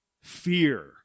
fear